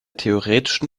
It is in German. theoretischen